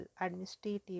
Administrative